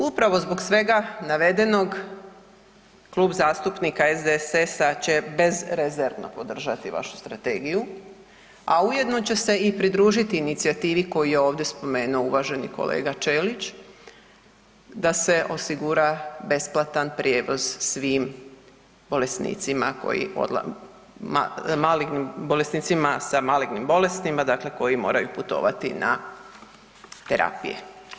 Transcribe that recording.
Upravo zbog svega navedenog Klub zastupnika SDSS-a će bezrezervno podržati vašu strategiju, a ujedno će se i pridružiti inicijativi koju je ovdje spomenuo uvaženi kolega Ćelić da se osigura besplatan prijevoz svim bolesnicima koji, malignim bolesnicima sa malignim bolestima dakle koji moraju putovati na terapije.